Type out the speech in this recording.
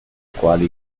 quale